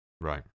Right